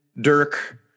Dirk